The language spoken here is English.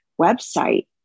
website